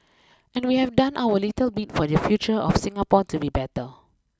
and we have done our little bit for the future of Singapore to be better